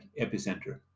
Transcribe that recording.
epicenter